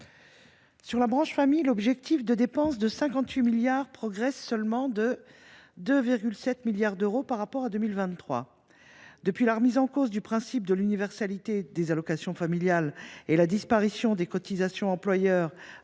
de la branche famille – 58 milliards d’euros – progresse seulement de 2,7 milliards d’euros par rapport à 2023. Depuis la remise en cause du principe de l’universalité des allocations familiales et la disparition des cotisations de l’employeur